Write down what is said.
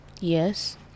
Yes